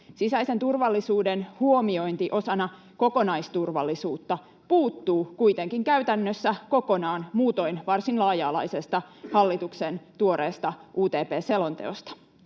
Sisäisen turvallisuuden huomiointi osana kokonaisturvallisuutta puuttuu kuitenkin käytännössä kokonaan muutoin varsin laaja-alaisesta hallituksen tuoreesta UTP-selonteosta.